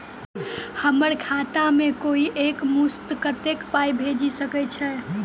हम्मर खाता मे कोइ एक मुस्त कत्तेक पाई भेजि सकय छई?